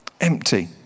empty